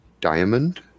diamond